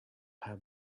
her